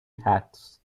tax